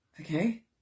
Okay